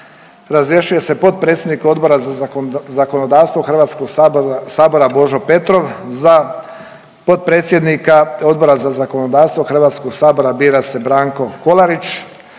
Razrješuje se potpredsjednik Odbora za zakonodavstvo Hrvatskog sabora Božo Petrov, za potpredsjednika Odbora za zakonodavstvo Hrvatskog sabora bira se Branko Kolarić.